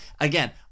Again